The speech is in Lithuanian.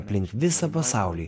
aplink visą pasaulį